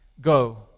Go